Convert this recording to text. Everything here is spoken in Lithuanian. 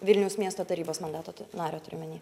vilniaus miesto tarybos mandato nario turiu omeny